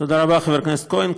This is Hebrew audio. תודה רבה, חבר הכנסת כהן.